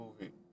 movie